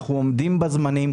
אנחנו עומדים בזמנים.